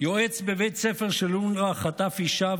יועץ בבית ספר של אונר"א חטף אישה,